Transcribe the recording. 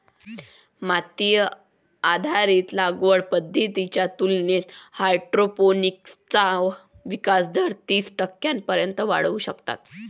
माती आधारित लागवड पद्धतींच्या तुलनेत हायड्रोपोनिक्सचा विकास दर तीस टक्क्यांपर्यंत वाढवू शकतात